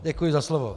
Děkuji za slovo.